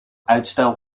uitstel